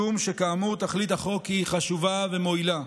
משום שכאמור, תכלית החוק היא חשובה ומועילה.